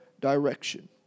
direction